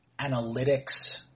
analytics